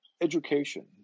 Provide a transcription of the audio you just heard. education